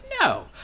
no